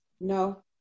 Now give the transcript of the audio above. No